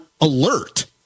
alert